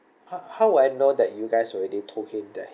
uh how would I know that you guys already told him that